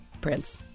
prince